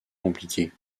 compliquée